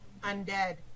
Undead